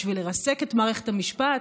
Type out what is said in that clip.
בשביל לרסק את מערכת המשפט,